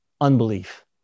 unbelief